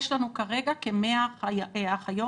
יש לנו כרגע כ-100 אחיות.